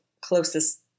closest